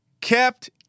kept